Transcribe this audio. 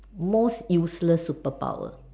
most useless superpower